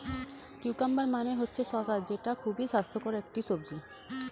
cucumber মানে হচ্ছে শসা যেটা খুবই স্বাস্থ্যকর একটি সবজি